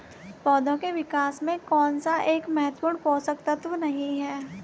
पौधों के विकास में कौन सा एक महत्वपूर्ण पोषक तत्व नहीं है?